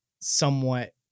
somewhat